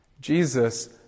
Jesus